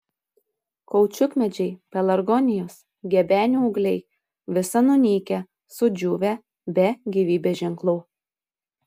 kaučiukmedžiai pelargonijos gebenių ūgliai visa nunykę sudžiūvę be gyvybės ženklų